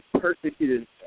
persecuted